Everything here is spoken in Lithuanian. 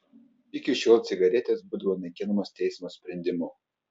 iki šiol cigaretės būdavo naikinamos teismo sprendimu